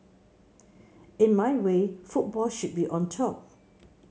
in my way football should be on top